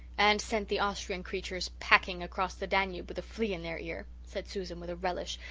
and sent the austrian creatures packing across the danube with a flea in their ear, said susan with a relish,